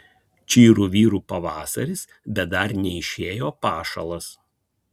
čyru vyru pavasaris bet dar neišėjo pašalas